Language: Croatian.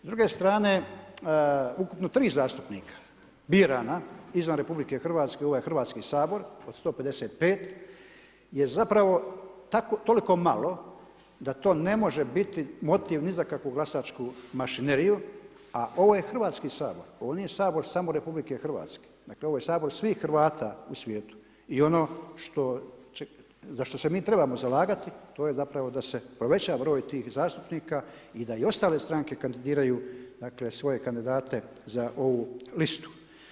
S druge strane ukupno 3 zastupnika birana izvan RH, ovo je Hrvatski sabor od 155 je zapravo toliko malo da to ne može biti motiv ni za kakvu glasačku mašineriju, a ovo je Hrvatski sabor, ovo nije Sabor samo RH, ovo je Sabor svih Hrvata u svijetu i ono za što se mi trebamo zalagati to je zapravo da se poveća broj tih zastupnika i da i ostale stranke kandidiraju svoje kandidate za ovu listu.